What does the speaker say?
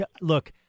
look